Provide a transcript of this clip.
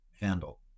handle